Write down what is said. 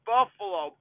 Buffalo